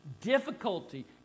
Difficulty